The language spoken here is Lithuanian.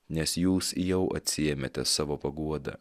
nes jūs jau atsiėmėte savo paguodą